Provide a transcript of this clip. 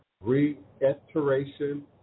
reiteration